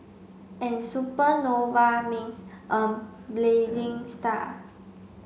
and supernova means a blazing star